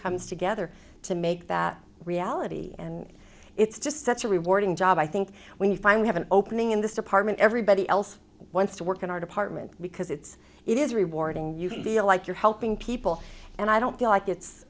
comes together to make that reality and it's just such a rewarding job i think when you finally have an opening in this department everybody else wants to work in our department because it's it is rewarding you can feel like you're helping people and i don't feel like it's